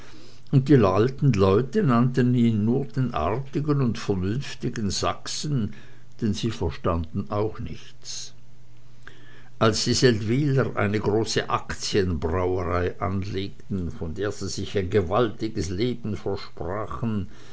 und die alten leute nannten ihn mehr den artigen und vernünftigen sachsen denn sie verstanden auch nichts als die seldwyler eine große aktienbrauerei anlegten von der sie sich ein gewaltiges leben versprachen